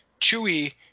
Chewie